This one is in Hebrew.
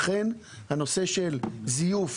אכן, הנושא של זיוף